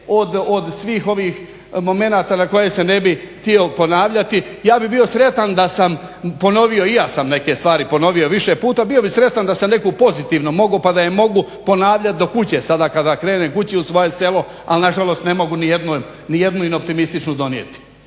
od svih ovih momenata na koje se ne bi htio ponavljati. Ja bih bio sretan da sam ponovio, i ja sam neke stvari ponovio više puta, bio bi sretan da se neku pozitivnu mogu pa da je mogu ponavljati do kuće sada kada krenem kući u svoje selo, ali nažalost ne mogu ni jednu optimističnu im donijeti.